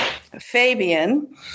Fabian